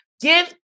give